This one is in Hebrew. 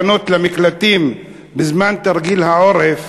כשאזרחי ישראל נדרשו להתפנות למקלטים בזמן תרגיל העורף,